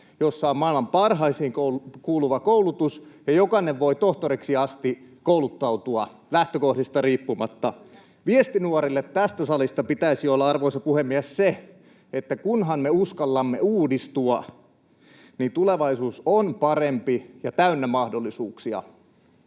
jossa on maailman parhaimpiin kuuluva koulutus ja jokainen voi tohtoriksi asti kouluttautua lähtökohdista riippumatta? Viestin nuorille tästä salista pitäisi olla, arvoisa puhemies, se, että kunhan me uskallamme uudistua, niin tulevaisuus on parempi ja täynnä mahdollisuuksia.